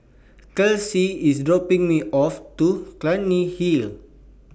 Kelsey IS dropping Me off At Clunny Hill